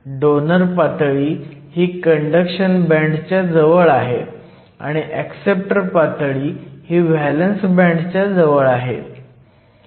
donor पातळी ही conduction band च्या जवळ आहे आणि ऍक्सेप्टर पातळी ही व्हॅलंस बँड च्या जवळ आहे